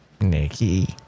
Nikki